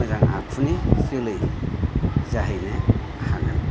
मोजां आखुनि जोलै जाहैनो हागोन